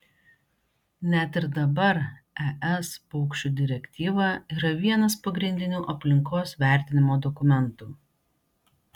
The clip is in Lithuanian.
net ir dabar es paukščių direktyva yra vienas pagrindinių aplinkos vertinimo dokumentų